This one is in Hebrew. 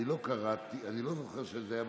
אני לא קראתי, אני לא זוכר שזה היה.